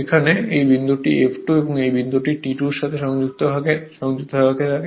এখানে এই বিন্দুটি F2 এবং এই বিন্দুটি T2 সাথে সংযুক্ত থাকে